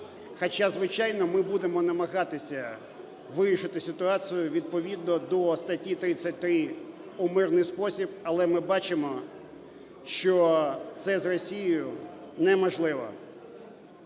Хоча, звичайно, ми будемо намагатися вирішити ситуацію відповідно до статті 33 у мирний спосіб, але ми бачимо, що це з Росією неможливо.